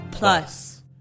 Plus